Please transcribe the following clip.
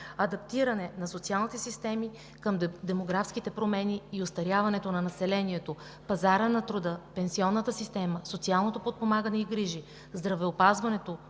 адаптиране на социалните системи към демографските промени и остаряването на населението; пазара на труда; пенсионната система; социалното подпомагане и грижи; здравеопазването;